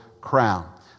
crown